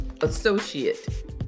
associate